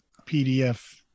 PDF